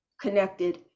connected